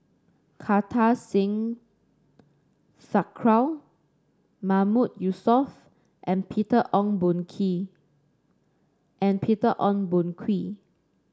Kartar Singh Thakral Mahmood Yusof and Peter Ong Boon Kwee